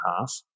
half